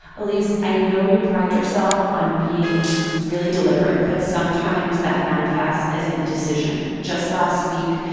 elise, i know you pride yourself on being really deliberate, but sometimes that manifests as indecision. just last week,